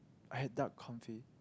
I had duck confit